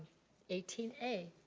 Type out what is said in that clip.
eighteen a.